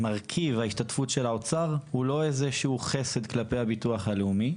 מרכיב ההשתתפות של האוצר הוא לא איזשהו חסד כלפי הביטוח הלאומי,